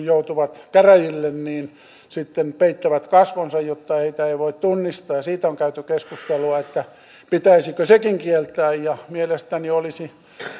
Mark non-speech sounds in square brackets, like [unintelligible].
[unintelligible] joutuvat käräjille peittävät sitten kasvonsa jotta heitä ei voi tunnistaa ja siitä on käyty keskustelua pitäisikö sekin kieltää ja mielestäni